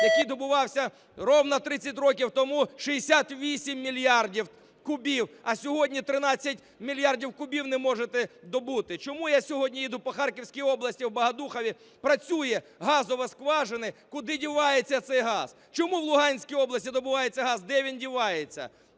який добувався рівно 30 років тому, - 68 мільярдів кубів, а сьогодні 13 мільярдів кубів не можете добути? Чому я сьогодні їду по Харківській області, в Богодухові працює газова скважина – куди дівається цей газ? Чому в Луганській області добувається газ – де він дівається?